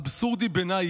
אבסורדי בעיניי